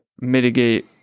mitigate